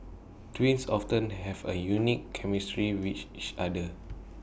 twins often have A unique chemistry with each other